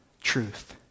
truth